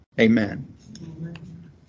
Amen